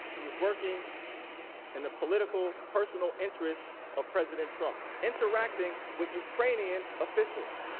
he was working in the political personal interests of president trump. interacting with ukrainian officials.